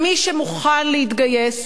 מי שמוכן להתגייס,